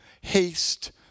Haste